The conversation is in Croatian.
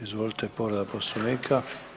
Izvolite povreda Poslovnika.